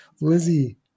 Lizzie